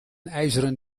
ijzeren